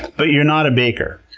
but you're not a baker.